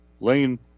Lane